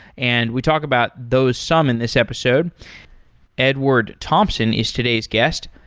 and we talked about those some in this episode edward thomson is today's guest.